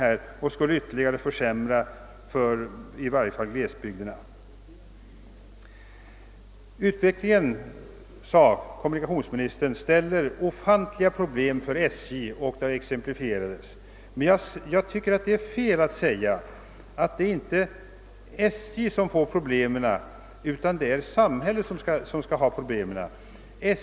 Förslaget skulle ytterligare försämra villkoren för i varje fall glesbygderna. Kommunikationsministern sade att utvecklingen medför ofantliga problem för SJ, och han gav en del exempel. Jag tycker att det är fel att säga att det är SJ som får problem — det är samhällets problem.